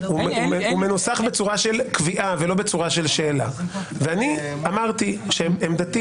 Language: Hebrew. הוא מנוסח בצורה של קביעה ולא בצורה של שאלה אני אמרתי שעמדתי